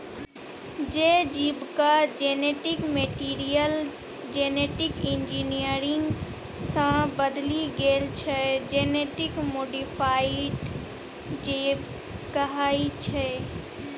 जे जीबक genetic material genetic engineering सँ बदलि गेल छै जेनेटिक मोडीफाइड जीब कहाइ छै